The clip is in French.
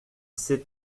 sait